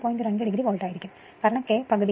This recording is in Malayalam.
2 degree volt ആയിരിക്കും കാരണം K പകുതി ആണ്